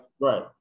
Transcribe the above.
Right